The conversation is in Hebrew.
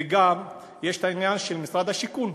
וגם יש את העניין של משרד השיכון.